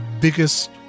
biggest